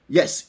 Yes